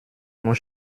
nous